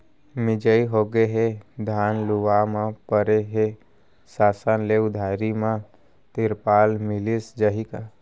मिंजाई होगे हे, धान खुला म परे हे, शासन ले उधारी म तिरपाल मिलिस जाही का?